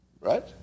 Right